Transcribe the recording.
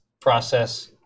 process